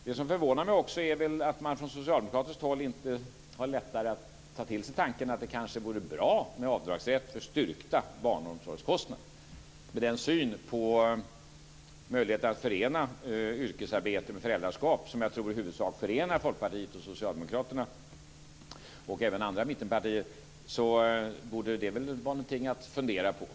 Det som också förvånar mig är att man från socialdemokratiskt håll inte har lättare att ta till sig tanken att det i grunden kanske vore bra med avdragsrätt för styrkta barnomsorgskostnader. Med den syn på möjligheten att förena yrkesarbete med föräldraskap som jag tror i huvudsak förenar Folkpartiet och Socialdemokraterna, och även andra mittenpartier, borde det vara någonting att fundera på.